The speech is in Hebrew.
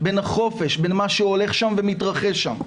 לצמצם את החופש, בין מה שהולך שם ומתרחש שם,